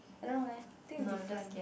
I don't know leh I think different